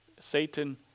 Satan